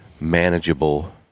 manageable